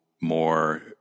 more